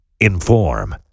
inform